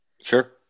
Sure